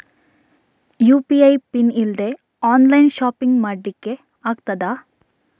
UPI PIN ಇಲ್ದೆ online shopping ಮಾಡ್ಲಿಕ್ಕೆ ಆಗ್ತದಾ?